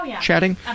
chatting